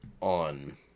on